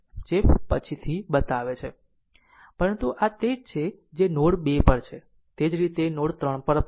પરંતુ આ તે જ છે જે નોડ 2 પર છે તે જ રીતે નોડ 3 પર છે